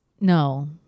No